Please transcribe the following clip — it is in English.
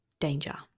danger